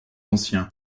anciens